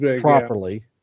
properly